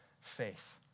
faith